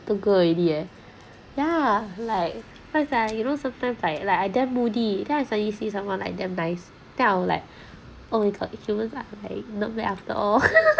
the girl already !yay! yeah like what is that you know sometimes like like I'm damn moody then I suddenly see someone like damn nice then I'll like oh it got lah not bad after all